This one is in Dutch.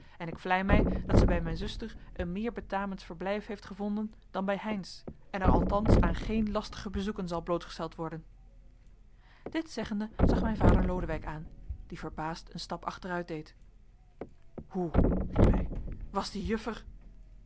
en ik vlei mij dat zij bij mijn zuster een meer betamend verblijf heeft gevonden dan bij heynsz en er althans aan geen lastige bezoeken zal blootgesteld worden dit zeggende zag mijn vader lodewijk aan die verbaasd een stap achteruit deed hoe riep hij was die juffer